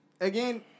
again